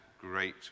great